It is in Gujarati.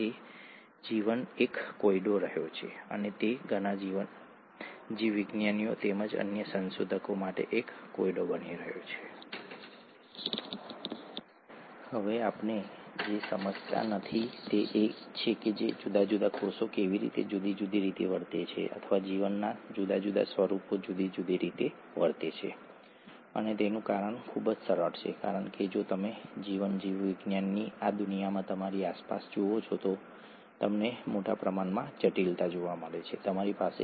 આનો જવાબ આપવા માટે હું તમને અહીં જરૂરી વિડિઓ તરફ ધ્યાન દોરીશ મને લાગે છે કે સૂચિમાંનો વિડિઓ નંબર 18 છે તે કોર્સ માટેના સિદ્ધાંતોની દ્રષ્ટિએ એક ખૂબ જ રસપ્રદ વિડિઓ અને મહત્વપૂર્ણ વિડિઓ છે તેથી હું તમને તે વિડિઓ જોવાની જરૂર કરીશ